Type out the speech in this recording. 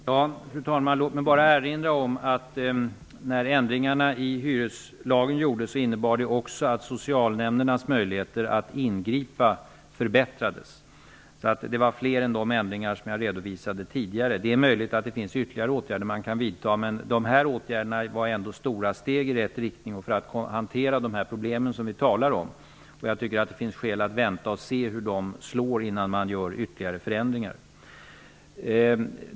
Fru talman! Låt mig bara erinra om att ändringarna i hyreslagen också innebar att socialnämndernas möjligheter att ingripa förbättrades. Det finns alltså fler ändringar än de som jag tidigare redovisade. Det är möjligt att ytterligare åtgärder kan vidtas. De här åtgärderna var ändå stora steg i rätt riktning och för att hantera de problem som vi talar om. Jag tycker att det finns skäl att vänta och se hur de här åtgärderna slår innan ytterligare förändringar görs.